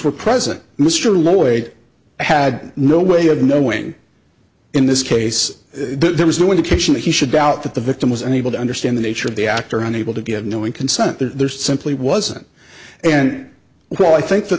were present mr lloyd had no way of knowing in this case there was no indication he should doubt that the victim was unable to understand the nature of the actor unable to give knowing consent there's simply wasn't and well i think that